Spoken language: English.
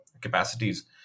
capacities